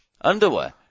underwear